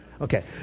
Okay